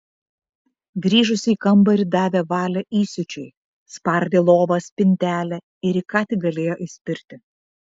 grįžusi į kambarį davė valią įsiūčiui spardė lovą spintelę ir į ką tik galėjo įspirti